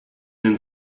den